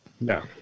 No